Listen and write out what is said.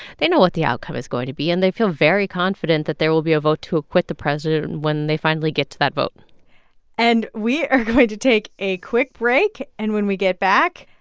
they know what the outcome is going to be. and they feel very confident that there will be a vote to acquit the president and when they finally get to that vote and we are going to take a quick break. and when we get back,